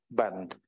band